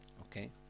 Okay